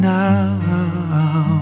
now